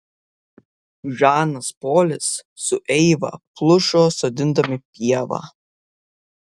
žanas polis su eiva plušo sodindami pievą